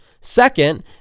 Second